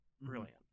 brilliant